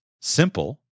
Simple